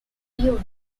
unit